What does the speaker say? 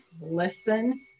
listen